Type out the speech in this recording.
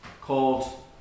called